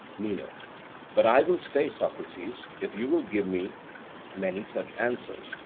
meno but i will stay, socrates, if you will give me many such answers.